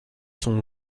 sont